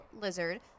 lizard